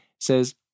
says